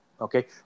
okay